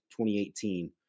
2018